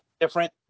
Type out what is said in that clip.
different